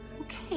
Okay